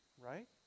right